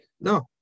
No